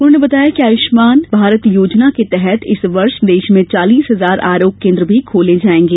उन्होंने बताया कि आयुष्मान योजना के तहत इस वर्ष देश में चालीस हजार आरोग्य केन्द्र भी खोले जायेंगे